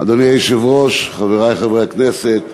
אדוני היושב-ראש, חברי חברי הכנסת,